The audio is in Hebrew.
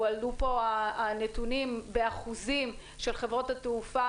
הועלו פה הנתונים באחוזים של חברות התעופה.